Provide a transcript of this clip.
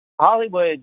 Hollywood